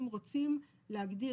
אם רוצים להגדיר,